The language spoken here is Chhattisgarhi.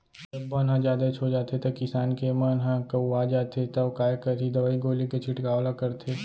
जब बन ह जादेच हो जाथे त किसान के मन ह कउवा जाथे तौ काय करही दवई गोली के छिड़काव ल करथे